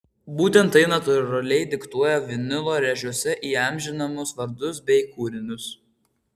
būtent tai natūraliai diktuoja vinilo rėžiuose įamžinamus vardus bei kūrinius